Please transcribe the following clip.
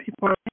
people